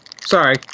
Sorry